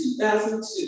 2002